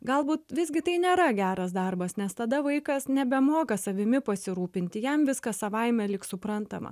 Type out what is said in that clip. galbūt visgi tai nėra geras darbas nes tada vaikas nebemoka savimi pasirūpinti jam viskas savaime lyg suprantama